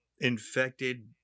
infected